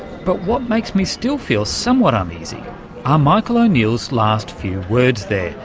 but what makes me still feel somewhat uneasy are michael o'neill's last few words there.